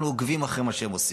אנחנו עוקבים אחרי מה שהם עושים.